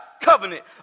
covenant